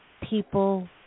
people